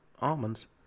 almonds